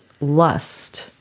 lust